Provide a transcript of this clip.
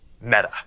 Meta